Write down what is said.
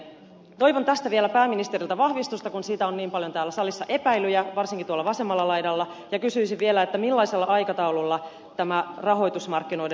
toivon tästä vielä pääministeriltä vahvistusta kun siitä on niin paljon täällä salissa epäilyjä varsinkin tuolla vasemmalla laidalla ja kysyisin vielä millaisella aikataululla tämä rahoitusmarkkinoiden uudistustyö etenee